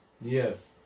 Yes